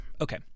Okay